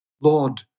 Lord